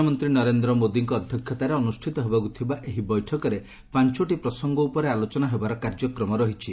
ପ୍ରଧାନମନ୍ତୀ ନରେନ୍ଦ ମୋଦୀଙ୍କ ଅଧ୍ୟକ୍ଷତାରେ ଅନୁଷିତ ହେବାକୁ ଥିବା ଏହି ବୈଠକରେ ପାଞ୍ଚଟି ପ୍ରସଙ୍ଙ ଉପରେ ଆଲୋଚନା ହେବାର କାର୍ଯ୍ୟକ୍ରମ ରହିଛି